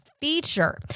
feature